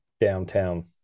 downtown